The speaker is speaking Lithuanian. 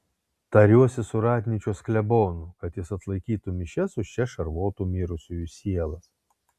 tariuosi su ratnyčios klebonu kad jis atlaikytų mišias už čia šarvotų mirusiųjų sielas